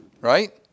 right